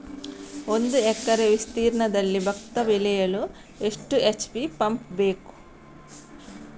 ಒಂದುಎಕರೆ ವಿಸ್ತೀರ್ಣದಲ್ಲಿ ಭತ್ತ ಬೆಳೆಯಲು ಎಷ್ಟು ಎಚ್.ಪಿ ಪಂಪ್ ಬೇಕು?